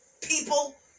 people